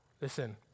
Listen